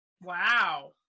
Wow